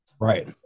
Right